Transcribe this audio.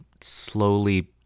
slowly